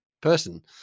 person